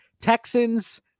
Texans